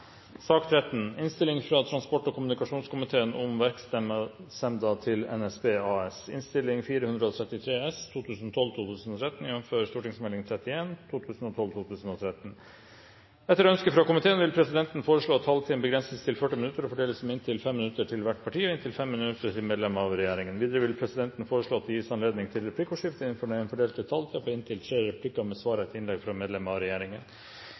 sak nr. 13. Etter ønske fra transport- og kommunikasjonskomiteen vil presidenten foreslå at taletiden begrenses til 40 minutter og fordeles med inntil 5 minutter til hvert parti og inntil 5 minutter til medlem av regjeringen. Videre vil presidenten foreslå at det gis anledning til replikkordskifte på inntil tre replikker med svar etter innlegg fra medlem av regjeringen